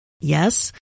Yes